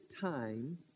time